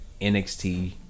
NXT